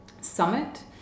summit